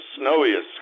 snowiest